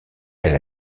elle